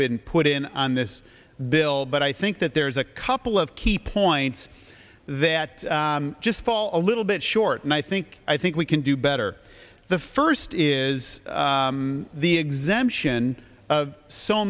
been put in on this bill but i think that there's a couple of key points that just fall a little bit short and i think i think we can do better the first is the exemption